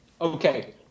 Okay